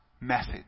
message